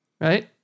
right